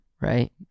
right